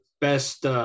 best